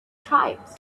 tribes